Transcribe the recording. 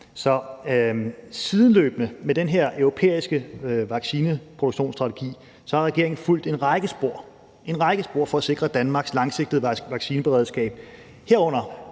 Så sideløbende med den her europæiske vaccineproduktionsstrategi har regeringen fulgt en række spor – en række spor – for at sikre Danmarks langsigtede vaccineberedskab,